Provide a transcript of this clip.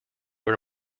were